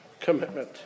commitment